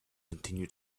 continue